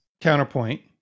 counterpoint